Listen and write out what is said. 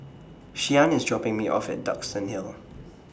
Shyann IS dropping Me off At Duxton Hill